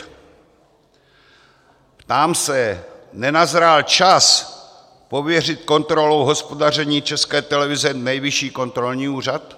Ptám se: Nenazrál čas pověřit kontrolou hospodaření České televize Nejvyšší kontrolní úřad?